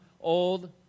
old